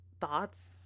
thoughts